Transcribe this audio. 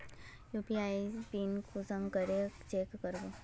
UPI PIN कुंसम करे change करबो?